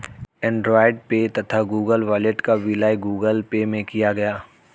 Android Pay तथा Google Wallet का विलय गूगल पे में किया गया